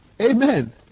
Amen